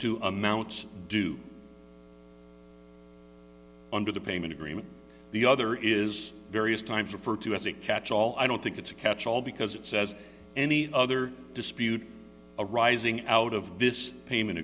to amounts do under the payment agreement the other is various times referred to as a catchall i don't think it's a catch all because it says any other dispute arising out of this payment